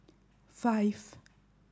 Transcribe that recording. five